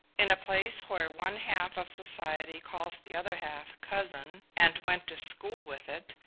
in a place where one half of society calls the other half cousin, and went to school with it,